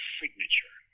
signature